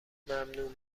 ممنون